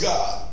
God